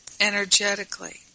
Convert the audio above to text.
energetically